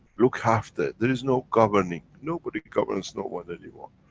look after. there is no governing. nobody governs no one, anyone.